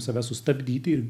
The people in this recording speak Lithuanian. save sustabdyti ir